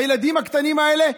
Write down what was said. הילדים הקטנים האלה,